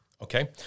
Okay